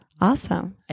Awesome